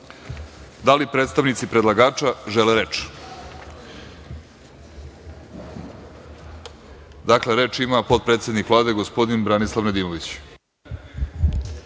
li predstavnici predlagača žele reč? (Da.)Reč ima potpredsednik Vlade, gospodin Branislav Nedimović. Izvolite.